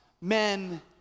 men